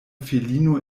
filino